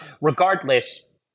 regardless